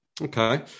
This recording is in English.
Okay